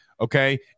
Okay